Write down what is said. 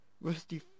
Rusty